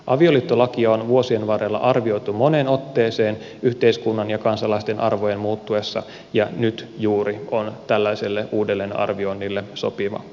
avioliittolakia on vuosien varrella arvioitu moneen otteeseen yhteiskunnan ja kansalaisten arvojen muuttuessa ja nyt juuri on tällaiselle uudelleenarvioinnille sopiva paikka